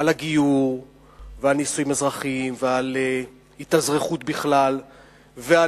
על הגיור ועל נישואים אזרחיים ועל התאזרחות בכלל ועל